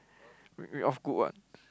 read read off good [what]